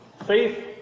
Faith